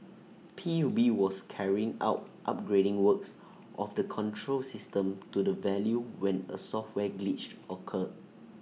P U B was carrying out upgrading works of the control system to the valve when A software glitch occurred